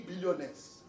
billionaires